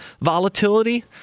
volatility